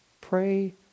Pray